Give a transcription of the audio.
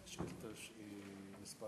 שאילתה מס'